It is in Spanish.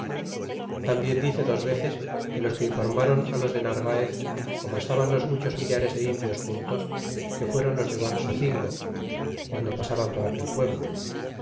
tambien dice dos veces que los que informron los de narvaez como estaban los muchos millares de indios juntos que fueron los de guaxocingo guando pasaban por aquel pueblo